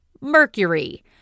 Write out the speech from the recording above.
mercury